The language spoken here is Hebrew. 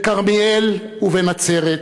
בכרמיאל ובנצרת,